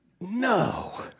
No